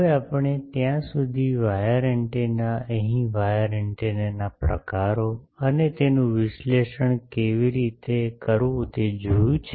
હવે આપણે ત્યાં સુધી વાયર એન્ટેના અહીં વાયર એન્ટેનાના પ્રકારો અને તેનું વિશ્લેષણ કેવી રીતે કરવું તે જોયું છે